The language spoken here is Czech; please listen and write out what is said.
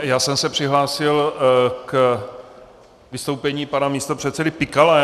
Já jsem se přihlásil k vystoupení pana místopředsedy Pikala.